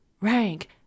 rank